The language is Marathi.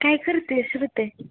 काय करते आहेस ह्रते